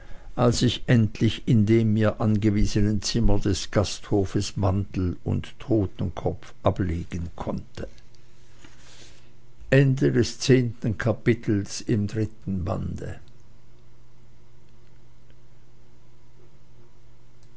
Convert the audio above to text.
als ich endlich in dem mir angewiesenen zimmer des gasthofes mantel und totenkopf ablegen konnte